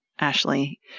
Ashley